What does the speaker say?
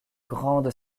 grande